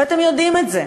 ואתם יודעים את זה.